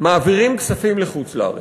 מעבירים כספים לחוץ-לארץ.